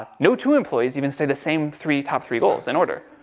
ah no two employees even say the same three, top three goals, in order.